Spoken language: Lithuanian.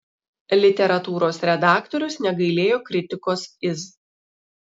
literatūros redaktorius negailėjo kritikos iz